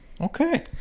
okay